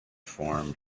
form